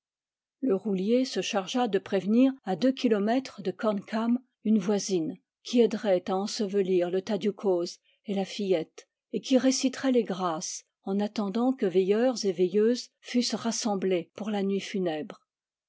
le roulier se chargea de prévenir à deux kilomètres de corn cam une voisine qui aiderait à ensevelir le tadiou coz et la fillette et qui réciterait les grâces en attendant que veilleurs et veilleuses fussent rassemblés pour la nuit funèbre